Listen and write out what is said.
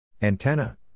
Antenna